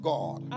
God